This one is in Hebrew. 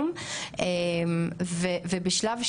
דובר כאן קודם על דו"ח ועדת ארבל,